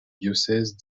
diocèse